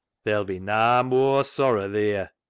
ther'll be na mooar sorra theer.